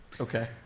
okay